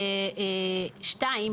ב-(2)